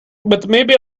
butmaybe